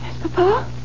papa